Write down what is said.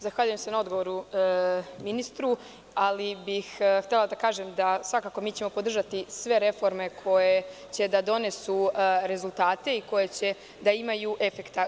Zahvaljujem se na odgovoru, ali bih htela da kažem, svakako, mi ćemo podržati sve reforme koje će da donesu rezultate i koje će da imaju efekta.